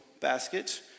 basket